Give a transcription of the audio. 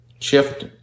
Shift